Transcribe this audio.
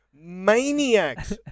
maniacs